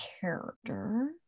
character